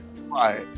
Right